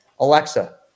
Alexa